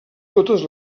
totes